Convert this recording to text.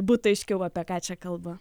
būtų aiškiau apie ką čia kalba